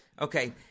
Okay